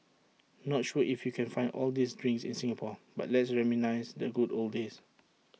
not sure if you can find all these drinks in Singapore but let's reminisce the good old days